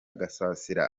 gasasira